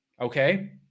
Okay